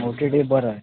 ओ T T बरं आहे